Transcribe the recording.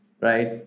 right